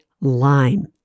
line